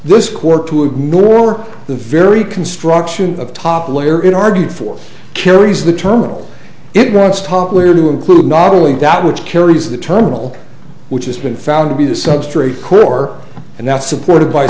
this core to ignore the very construction of top layer in argued for carries the terminal it grants top layer to include not only that which carries the terminal which has been found to be the substrate core and that's supported by